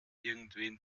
irgendwen